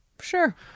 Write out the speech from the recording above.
Sure